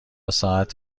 ساعت